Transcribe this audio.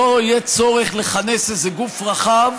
שלא יהיה צורך לכנס איזה גוף רחב